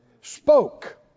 spoke